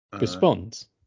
responds